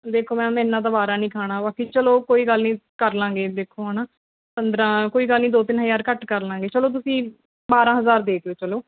ਦੇਖੋ ਮੈਮ ਐਨਾ ਤਾਂ ਬਾਰਾ ਨਹੀਂ ਖਾਣਾ ਬਾਕੀ ਚਲੋ ਕੋਈ ਗੱਲ ਨਹੀਂ ਕਰ ਲਵਾਂਗੇ ਦੇਖੋ ਹੈ ਨਾ ਪੰਦਰਾਂ ਕੋਈ ਗੱਲ ਨਹੀਂ ਦੋ ਤਿੰਨ ਹਜ਼ਾਰ ਘੱਟ ਕਰ ਲਵਾਂਗੇ ਚਲੋ ਤੁਸੀਂ ਬਾਰਾਂ ਹਜ਼ਾਰ ਦੇ ਦਿਉ ਚਲੋ